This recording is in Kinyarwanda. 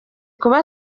kuba